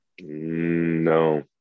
No